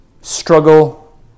struggle